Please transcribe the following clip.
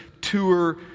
tour